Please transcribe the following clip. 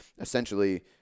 essentially